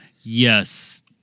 Yes